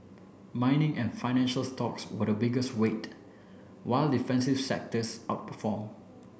mining and financial stocks were the biggest weight while defensive sectors outperform